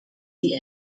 die